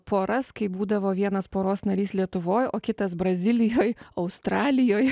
poras kai būdavo vienas poros narys lietuvoj o kitas brazilijoj australijoj